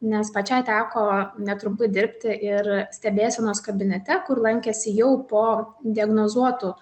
nes pačiai teko netrumpai dirbti ir stebėsenos kabinete kur lankėsi jau po diagnozuotų